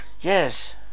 Yes